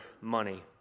money